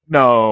no